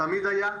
תמיד היה,